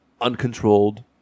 uncontrolled